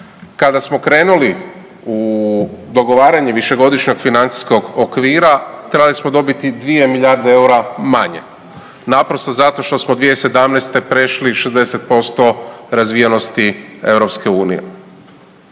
Kada smo krenuli u dogovaranje višegodišnjeg financijskog okvira trebali smo dobiti 2 milijarde EUR-a manje naprosto zato što smo 2017. prešli 60% razvijenosti EU.